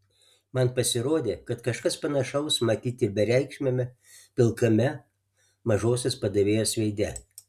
man pasirodė kad kažkas panašaus matyti ir bereikšmiame pilkame mažosios padavėjos veide